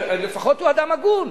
לפחות הוא אדם הגון.